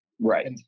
Right